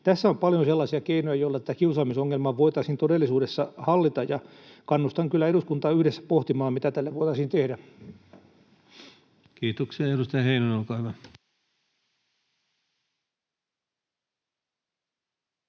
Tässä on paljon sellaisia keinoja, joilla tätä kiusaamisongelmaa voitaisiin todellisuudessa hallita. Kannustan kyllä eduskuntaa yhdessä pohtimaan, mitä tälle voitaisiin tehdä. [Speech 236] Speaker: